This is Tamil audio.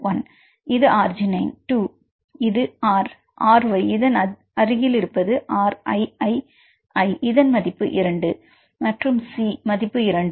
A1 இது ஆர்ஜினைன் 2 இது R RY இதன் அருகில் இருப்பது R i i i இதன் மதிப்பு 2 மற்றும் சி மதிப்பு 2